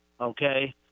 okay